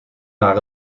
naar